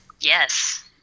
Yes